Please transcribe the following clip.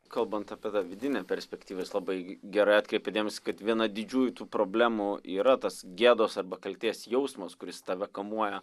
kalbant apie tą vidinę perspektyvą jūs labai gerai atkreipėt dėmesį kad viena didžiųjų tų problemų yra tas gėdos arba kaltės jausmas kuris tave kamuoja